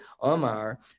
Omar